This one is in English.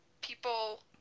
people